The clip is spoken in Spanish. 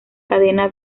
cadena